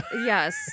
Yes